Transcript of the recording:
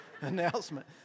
announcement